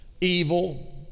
evil